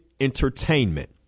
entertainment